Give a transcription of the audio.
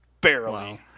Barely